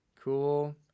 cool